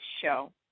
show